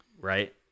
right